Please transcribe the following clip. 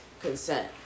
consent